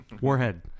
Warhead